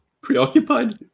preoccupied